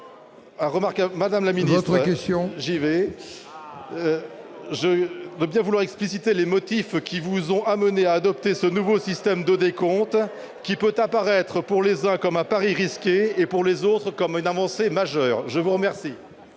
madame la ministre, de bien vouloir expliciter les motifs qui vous ont amenée à adopter ce nouveau système de décompte qui peut apparaître pour les uns comme un pari risqué et pour les autres comme une avancée majeure. La parole